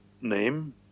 name